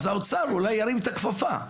אז האוצר אולי ירים את הכפפה,